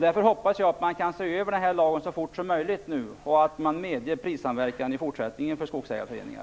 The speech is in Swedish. Därför hoppas jag att man kan se över den här lagen så fort som möjligt och att man medger prissamverkan i fortsättningen för skogsägarföreningar.